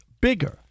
bigger